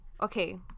Okay